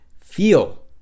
feel